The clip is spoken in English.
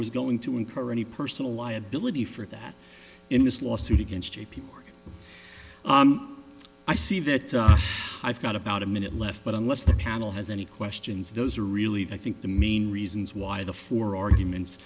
was going to incur any personal liability for that in this lawsuit against j p i see that i've got about a minute left but unless the channel has any questions those are really i think the main reasons why the four arguments